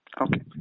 Okay